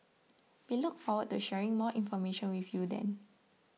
we look forward to sharing more information with you then